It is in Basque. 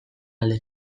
alde